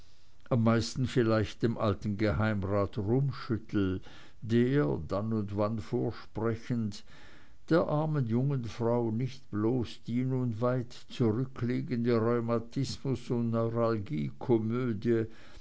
am meisten vielleicht dem alten geheimrat rummschüttel der dann und wann vorsprechend der armen jungen frau nicht bloß die nun weit zurückliegende rheumatismus und